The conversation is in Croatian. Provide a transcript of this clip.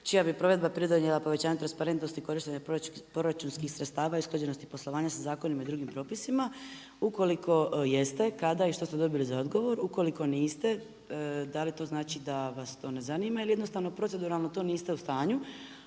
čija bi provedba pridonijela povećanju transparentnosti korištenja proračunskim sredstava i usklađenosti poslovanja sa zakonima i drugim propisima, ukoliko jeste, kada i što ste dobili za odgovor, ukoliko niste, da li to znači da vas to ne zanima ili jednostavno proceduralno to niste u stanju,